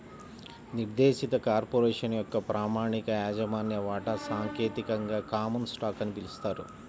నిర్దేశిత కార్పొరేషన్ యొక్క ప్రామాణిక యాజమాన్య వాటా సాంకేతికంగా కామన్ స్టాక్ అని పిలుస్తారు